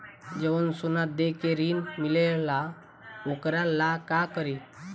जवन सोना दे के ऋण मिलेला वोकरा ला का करी?